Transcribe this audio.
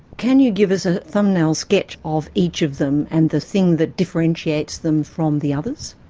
can you give us a thumbnail sketch of each of them and the thing that differentiates them from the others?